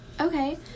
Okay